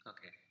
Okay